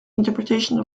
interpretations